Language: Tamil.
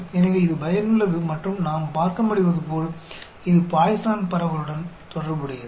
எனவே இது பயனுள்ளது மற்றும் நாம் பார்க்க முடிவதுபோல் இது பாய்சான் பரவலுடன் தொடர்புடையது